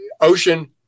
Ocean